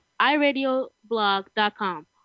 iRadioBlog.com